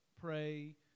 pray